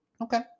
okay